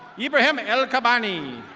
abraham el cabani.